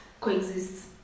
coexist